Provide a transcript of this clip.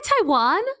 Taiwan